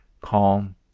calm